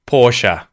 Porsche